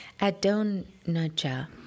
Adonijah